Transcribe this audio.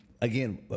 again